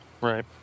Right